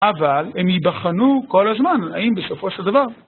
אבל הם ייבחנו כל הזמן, האם בסופו של דבר